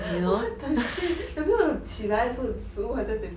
what the shit 有没有起来的时候食物还在嘴巴过